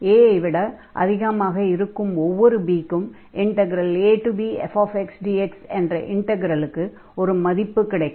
a ஐ விட அதிகமாக இருக்கும் ஒவ்வொரு b க்கும் abfxdx என்ற இன்டக்ரலுக்கு ஒரு மதிப்பு கிடைக்கும்